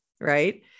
right